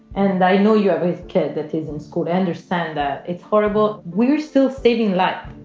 and i know you have a kid that is in school. i understand that. it's horrible. we're still saving like